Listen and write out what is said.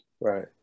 Right